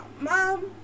Mom